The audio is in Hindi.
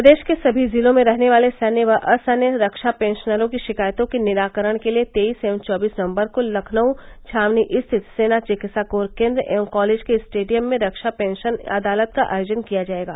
प्रदेश के सभी जिलों में रहने वाले सैन्य व असैन्य रक्षा पेंशनरों की शिकायतों के निराकरण के लिए तेईस एवं चौबीस नवंबर को लखनऊ छावनी स्थित सेना चिकित्सा कोर केन्द्र एवं कॉलेज के स्टेडियम में रक्षा पेंशन अदालत का आयोजन किया जाएगा